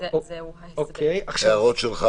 האם יש לנו או לך הערות?